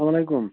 سلام علیکُم